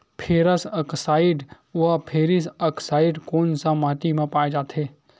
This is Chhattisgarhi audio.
फेरस आकसाईड व फेरिक आकसाईड कोन सा माटी म पाय जाथे?